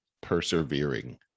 persevering